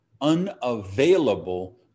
unavailable